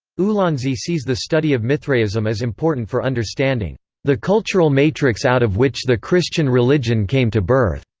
ulansey sees the study of mithraism as important for understanding the cultural matrix out of which the christian religion came to birth.